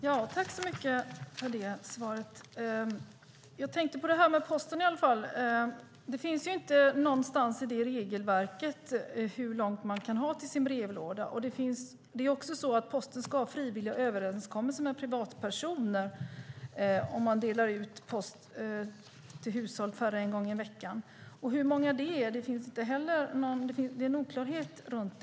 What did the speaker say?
Herr talman! Jag tackar för svaret. Jag tänkte på detta med Posten. Det finns ingenstans i regelverket hur långt man kan ha till sin brevlåda. Det är också så att Posten ska ha frivilliga överenskommelser med privatperson om man delar ut post till hushåll mindre än en gång i veckan, men hur många detta berör finns det en oklarhet kring.